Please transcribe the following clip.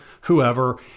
whoever